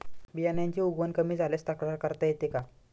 बियाण्यांची उगवण कमी झाल्यास तक्रार करता येते का?